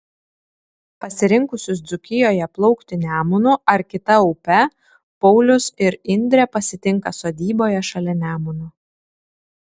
pasirinkusius dzūkijoje plaukti nemunu ar kita upe paulius ir indrė pasitinka sodyboje šalia nemuno